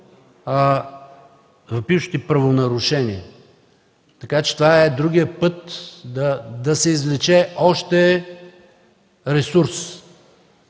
въпиющи правонарушения. Така че това е другият път да се извлече още ресурс.